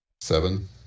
seven